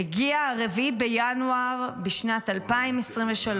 הגיע 4 בינואר 2023,